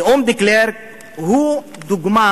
נאום דה קלרק הוא דוגמה,